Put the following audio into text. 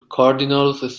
cardinals